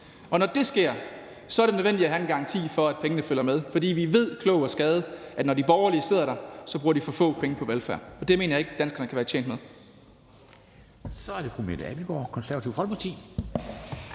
Og når det sker, er det nødvendigt at have en garanti for, at pengene følger med, for vi ved, klog af skade, at når de borgerlige sidder der, så bruger de for få penge på velfærd. Og det mener jeg ikke danskerne kan være tjent med.